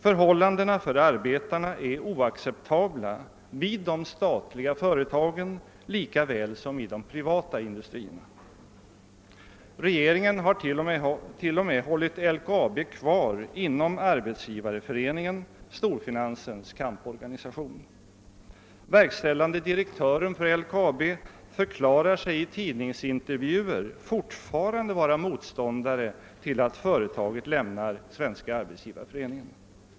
Förhållandena för arbetarna är oacceptabla i de statliga företagen lika väl som i den privata industrin. Regeringen har t.o.m. hållit LKAB kvar inom Arbetsgivareföreningen, storfinansens kamporganisation. Verkställande direktören för LKAB förklarar sig i tidningsintervjuer fortfarande vara motståndare till att företaget lämnar Svenska arbetsgivareföreningen.